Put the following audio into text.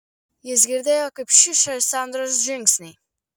jis girdėjo kaip šiuša sandros žingsniai